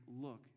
look